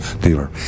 dealer